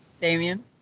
damien